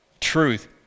truth